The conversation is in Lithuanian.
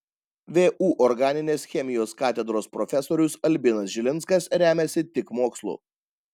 vu organinės chemijos katedros profesorius albinas žilinskas remiasi tik mokslu